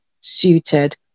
suited